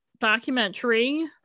documentary